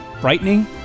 frightening